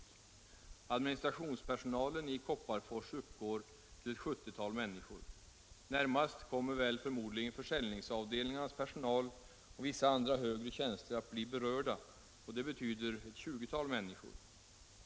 — Om åtgärder för att Administrationspersonalen i Kopparfors uppgår till ett sjuttiotal män — säkerställa sysselniskor. Närmast kommer väl förmodligen försäljningsavdelningarnas per — sättningen i sonal och vissa andra högre tjänster att bli berörda, och det betyder ett — Gävleborgs län, tjugotal människor.